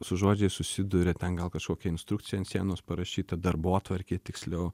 su žodžiais susiduria ten gal kažkokia instrukcija ant sienos parašyta darbotvarkė tiksliau